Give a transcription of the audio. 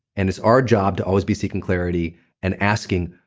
and it's our job to always be seeking clarity and asking,